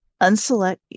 Unselect